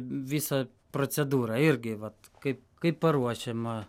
visa procedūra irgi vat kaip kaip paruošiama